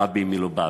הרבי מלובביץ'.